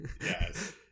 Yes